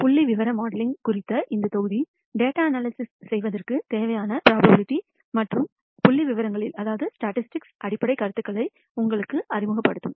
புள்ளிவிவர மாடலிங் குறித்த இந்த தொகுதி டேட்டா அனாலிசிஸ் செய்வதற்குத் தேவையான ப்ரோபபிலிட்டி மற்றும் புள்ளிவிவரங்களில் அடிப்படைக் கருத்துக்களை உங்களுக்கு அறிமுகப்படுத்தும்